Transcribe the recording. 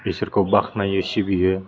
ईश्वोरखौ बाख्नोनायो सिबियो